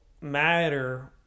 matter